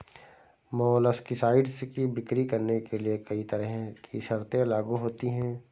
molluscicides की बिक्री करने के लिए कहीं तरह की शर्तें लागू होती है